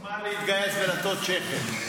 זה סימן להתגייס ולהטות שכם.